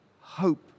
hope